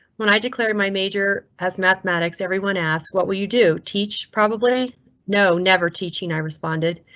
when i declared my major as mathematics, everyone asked what will you do? teach. probably no. never teaching. i responded.